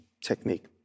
technique